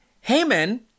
Haman